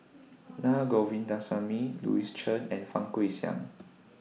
Naa Govindasamy Louis Chen and Fang Guixiang